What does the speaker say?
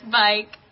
bike